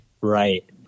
Right